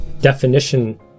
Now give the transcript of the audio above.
definition